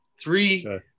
three